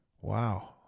Wow